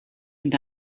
and